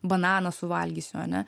bananą suvalgysiu ane